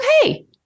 okay